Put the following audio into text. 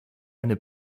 eine